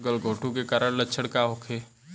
गलघोंटु के कारण लक्षण का होखे?